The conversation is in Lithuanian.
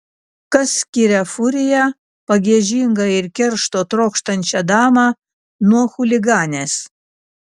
kas skiria furiją pagiežingą ir keršto trokštančią damą nuo chuliganės